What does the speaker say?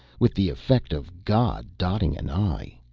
with the effect of god dotting an i.